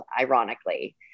ironically